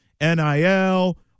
NIL